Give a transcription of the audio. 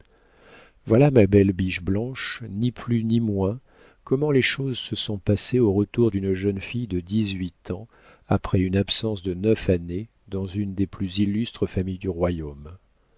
voilà ma belle biche blanche ni plus ni moins comment les choses se sont passées au retour d'une jeune fille de dix-huit ans après une absence de neuf années dans une des plus illustres familles du royaume